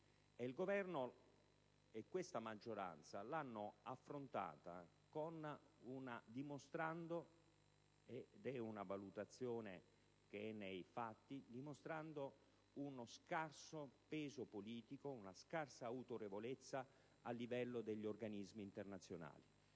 Il Governo e la sua maggioranza l'hanno affrontata dimostrando - è una valutazione nei fatti - uno scarso peso politico ed una scarsa autorevolezza a livello degli organismi internazionali.